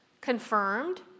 Confirmed